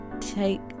take